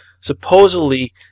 supposedly